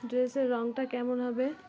ড্রেসের রঙটা কেমন হবে